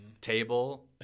table